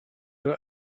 were